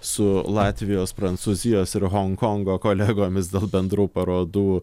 su latvijos prancūzijos ir honkongo kolegomis dėl bendrų parodų